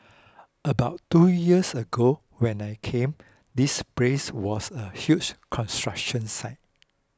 about two years ago when I came this place was a huge construction site